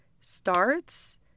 starts